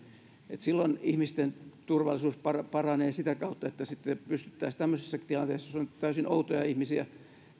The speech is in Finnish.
että silloin ihmisten turvallisuus paranee sitä kautta että pystyttäisiin tämmöisessäkin tilanteessa jossa on täysin outoja ihmisiä